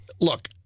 look